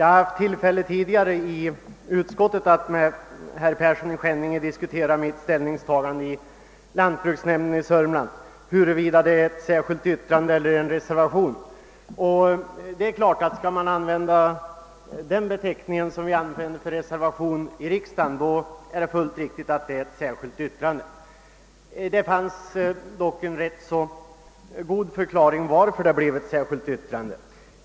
Herr talman! Jag har tidigare i utskottet haft tillfälle att med herr Persson i Skänninge diskutera huruvida mitt ställningstagande i lantbruksnämn den i Sörmland är särskilt yttrande eller en reservation. Skall man ge beteckningen reservation den innebörd som ordet har här i riksdagen, så är det fullt riktigt att det närmast är ett särskilt yttrande. Det fanns dock en ganska god förklaring till att det blev ett särskilt yttrande.